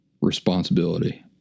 responsibility